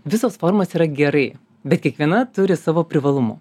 visos formos yra gerai bet kiekviena turi savo privalumų